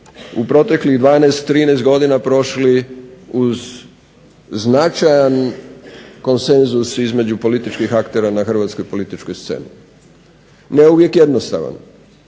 u proteklih 12, 13 godina prošli uz značajan konsenzus između političkih aktera na hrvatskoj političkoj sceni. Ne uvijek jednostavan,